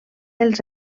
els